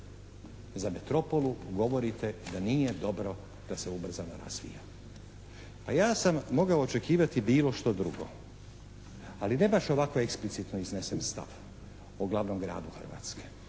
za metropolu govorite da nije dobro da se ubrzano razvija. Pa ja sam mogao očekivati bilo što drugo, ali ne baš ovako eksplicitno iznesen stav o glavnom gradu Hrvatske.